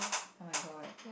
oh-my-god